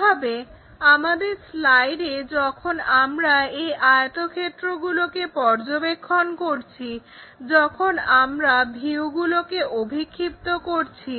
একইভাবে আমাদের স্লাইডের যখন আমরা এই আয়তক্ষেত্রগুলোকে পর্যবেক্ষণ করছি যখন আমরা ভিউগুলোকে অভিক্ষিপ্ত করছি